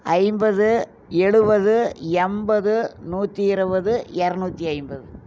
ஐம்பது எழுபது எண்பது நூற்றி இருபது இரநூத்தி ஐம்பது